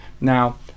Now